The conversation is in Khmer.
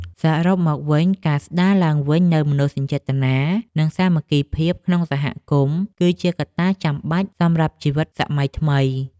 សរុបមកវិញ ការស្ដារឡើងវិញនូវមនោសញ្ចេតនា និងសាមគ្គីភាពក្នុងសហគមន៍ គឺជាកត្តាចាំបាច់សម្រាប់ជីវិតសម័យថ្មី។